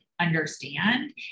understand